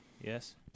Yes